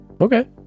Okay